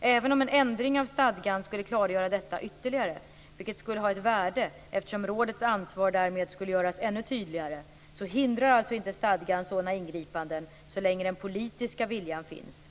Även om en ändring av stadgan skulle klargöra detta ytterligare, vilket skulle ha ett värde eftersom rådets ansvar därmed skulle göras ännu tydligare, så hindrar alltså inte stadgan sådana ingripanden, så länge den politiska viljan finns.